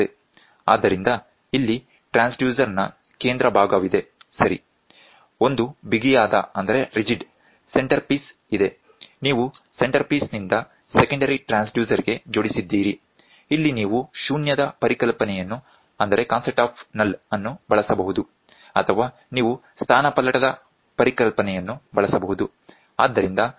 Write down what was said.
ಆದ್ದರಿಂದ ಇಲ್ಲಿ ಟ್ರಾನ್ಸ್ಡ್ಯೂಸರ್ ನ ಕೇಂದ್ರ ಭಾಗವಿದೆ ಸರಿ ಒಂದು ಬಿಗಿಯಾದ ಸೆಂಟರ್ಪೀಸ್ ಇದೆ ನೀವು ಸೆಂಟರ್ಪೀಸ್ ನಿಂದ ಸೆಕೆಂಡರಿ ಟ್ರಾನ್ಸ್ಡ್ಯೂಸರ್ ಗೆ ಜೋಡಿಸಿದ್ದೀರಿ ಇಲ್ಲಿ ನೀವು ಶೂನ್ಯದ ಪರಿಕಲ್ಪನೆಯನ್ನು ಬಳಸಬಹುದು ಅಥವಾ ನೀವು ಸ್ಥಾನಪಲ್ಲಟದ ಪರಿಕಲ್ಪನೆಯನ್ನು ಬಳಸಬಹುದು